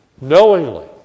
knowingly